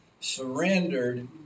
surrendered